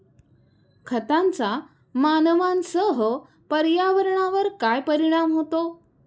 खतांचा मानवांसह पर्यावरणावर काय परिणाम होतो?